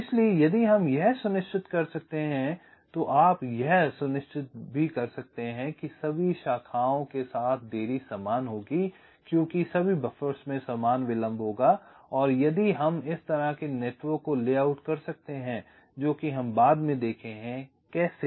इसलिए यदि हम यह सुनिश्चित कर सकते हैं तो आप यह सुनिश्चित कर सकते हैं कि सभी शाखाओं के साथ देरी समान होगी क्योंकि सभी बफ़र्स में समान विलंब होगा और यदि हम इस तरह के नेटवर्क को लेआउट कर सकते हैं जोकि हम बाद में देखेंगे कि कैसे